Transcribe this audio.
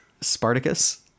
Spartacus